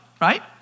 right